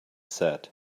said